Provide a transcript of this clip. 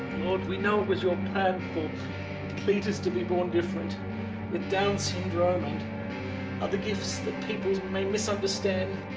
lord we know it was your plan for cletus to be born different with down's syndrome and other gifts that people may misunderstand.